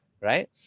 right